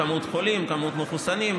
כמות חולים,